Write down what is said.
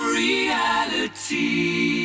reality